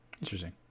Interesting